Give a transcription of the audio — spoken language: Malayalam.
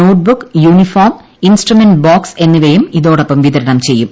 നോട്ട്ബുക്ക് യൂണിഫോം ഇൻസ്ട്രുമെന്റ് ബോക്സ് എന്നിവയും ഇതോടൊപ്പം വിതരണം ചെയ്യും